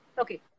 okay